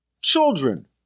children